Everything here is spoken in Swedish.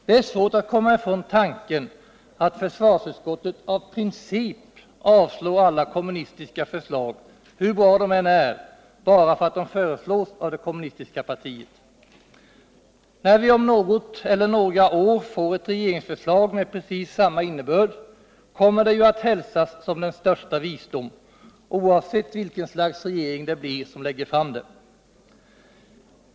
Det är svårt att komma ifrån tanken att försvarsutskottet av princip avstyrker alla kommunistiska förslag hur bra de än är bara för att de föreslås av det kommunistiska partiet. När vi om något eller några år får ett regeringsförslag med precis samma innebörd, kommer det ju att hälsas som den största visdom, oavsctt vilket slags regering det blir som lägger fram det.